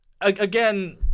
again